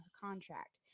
contract